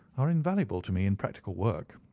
are invaluable to me in practical work.